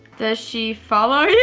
does she follow you?